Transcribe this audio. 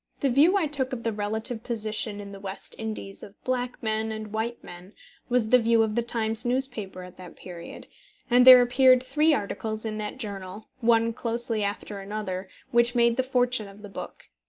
the view i took of the relative position in the west indies of black men and white men was the view of the times newspaper at that period and there appeared three articles in that journal, one closely after another, which made the fortune of the book.